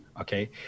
okay